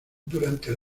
durante